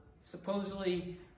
supposedly